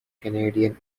canadian